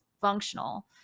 functional